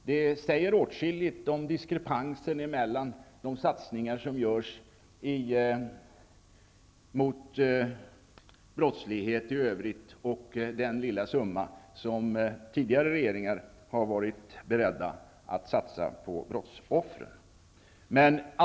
Det säger åtskilligt om diskrepansen mellan det som brottslighet kostar och den lilla summa som tidigare regeringar har varit beredda att satsa på brottsoffren.